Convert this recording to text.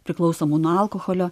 priklausomų nuo alkoholio